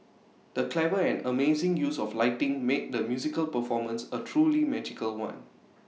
the clever and amazing use of lighting made the musical performance A truly magical one